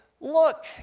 Look